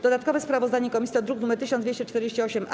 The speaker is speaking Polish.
Dodatkowe sprawozdanie komisji to druk nr 1248-A.